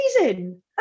amazing